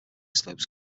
slopes